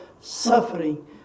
suffering